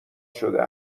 شده